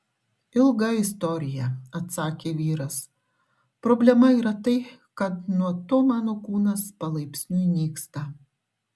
ilga istorija atsakė vyras problema yra tai kad nuo to mano kūnas palaipsniui nyksta